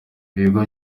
ibigo